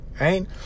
right